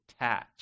attach